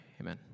Amen